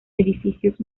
edificios